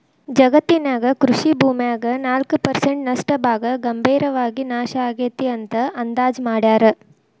ಜಗತ್ತಿನ್ಯಾಗ ಕೃಷಿ ಭೂಮ್ಯಾಗ ನಾಲ್ಕ್ ಪರ್ಸೆಂಟ್ ನಷ್ಟ ಭಾಗ ಗಂಭೇರವಾಗಿ ನಾಶ ಆಗೇತಿ ಅಂತ ಅಂದಾಜ್ ಮಾಡ್ಯಾರ